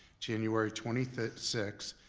january twenty six,